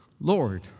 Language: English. Lord